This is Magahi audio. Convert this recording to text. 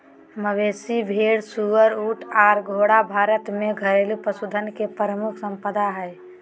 मवेशी, भेड़, सुअर, ऊँट आर घोड़ा भारत में घरेलू पशुधन के प्रमुख संपदा हय